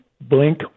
Blink